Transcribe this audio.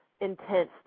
intense